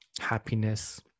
happiness